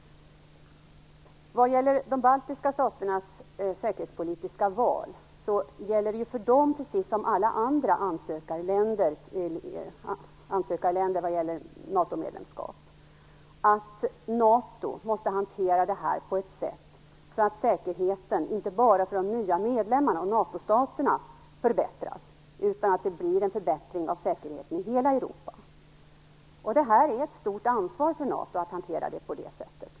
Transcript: Vad gäller de baltiska staternas säkerhetspolitiska val kan jag säga följande. För dem, precis om för alla andra länder som ansöker om NATO-medlemskap, är det viktigt att NATO hanterar situationen på ett sådant sätt att säkerheten förbättras inte bara för de nya medlemmarna och NATO-staterna, utan att det blir en förbättring av säkerheten i hela Europa. Det är ett stort ansvar för NATO att hantera situationen på det sättet.